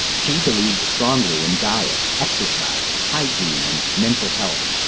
she believed strongly in diet, exercise, hygiene, and mental health.